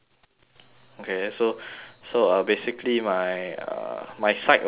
okay so so uh basically my uh my psych also can wait ah